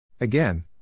Again